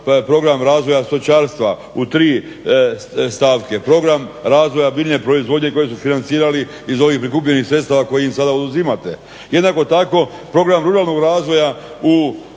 program razvoja stočarstva u tri stavke, program razvoja biljne proizvodnje koju su financirali iz ovih prikupljenih sredstava koje im sada oduzimate. Jednako tako program ruralnog razvoja u